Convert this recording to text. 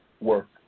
work